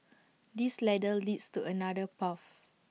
this ladder leads to another path